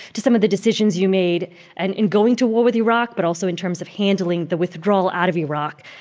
to some of the decisions you made and in going to war with iraq but also in terms of handling the withdrawal out of iraq.